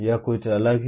यह कुछ अलग है